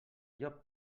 llop